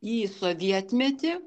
į sovietmetį